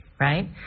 right